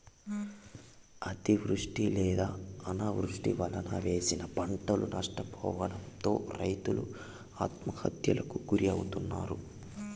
అతివృష్టి లేదా అనావృష్టి వలన వేసిన పంటలు నష్టపోవడంతో రైతులు ఆత్మహత్యలకు గురి అవుతన్నారు